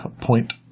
point